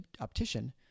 optician